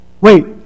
Wait